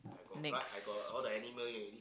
next